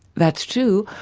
that's true,